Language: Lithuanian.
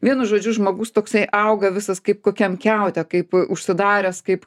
vienu žodžiu žmogus toksai auga visas kaip kokiam kiaute kaip užsidaręs kaip